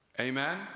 Amen